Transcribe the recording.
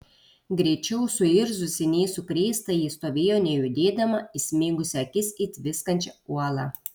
greičiau suirzusi nei sukrėstąjį stovėjo nejudėdama įsmeigusi akis į tviskančią uolą